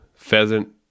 Pheasant